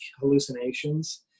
hallucinations